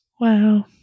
Wow